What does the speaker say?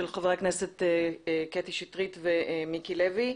של חברי הכנסת קטי שטרית ומיקי לוי.